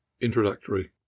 Introductory